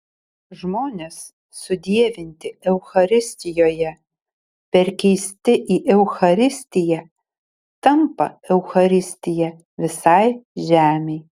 žmonės sudievinti eucharistijoje perkeisti į eucharistiją tampa eucharistija visai žemei